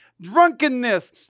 drunkenness